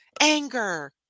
anger